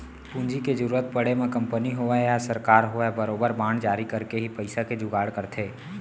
पूंजी के जरुरत पड़े म कंपनी होवय या सरकार होवय बरोबर बांड जारी करके ही पइसा के जुगाड़ करथे